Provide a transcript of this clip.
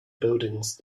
buildings